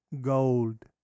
Gold